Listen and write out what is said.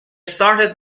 started